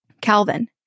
Calvin